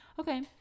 okay